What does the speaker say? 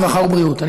רווחה ובריאות,